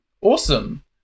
Awesome